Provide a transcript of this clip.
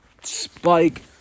Spike